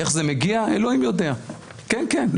איך זה מגיע, אלוהים יודע כן, כן.